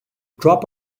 drop